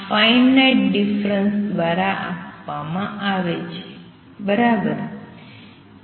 આ finite difference દ્વારા આપવામાં આવે છે બરાબર